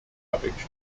ravaged